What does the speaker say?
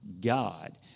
God